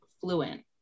fluent